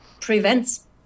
prevents